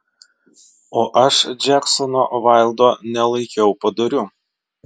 o aš džeksono vaildo nelaikiau padoriu